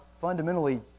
fundamentally